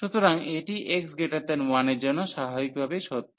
সুতরাং এটি x1 এর জন্য স্বাভাবিকভাবেই সত্য